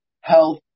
health